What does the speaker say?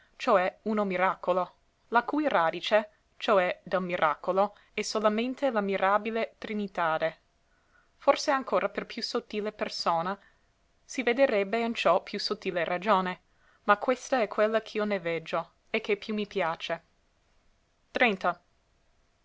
cioè uno miracolo la cui radice cioè del miracolo è solamente la mirabile trinitade forse ancora per più sottile persona si vederebbe in ciò più sottile ragione ma questa è quella ch'io ne veggio e che più mi piace